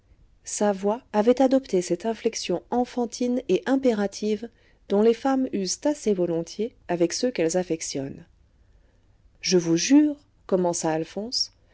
sa voix avait adopté cette inflexion enfantine et impérative dont les femmes usent assez volontiers avec ceux qu'elles affectionnent je vous jure commença alphonse